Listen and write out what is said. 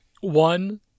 one